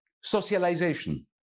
socialization